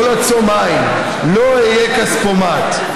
לא לעצום עין, לא אהיה כספומט.